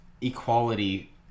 equality